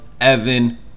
Evan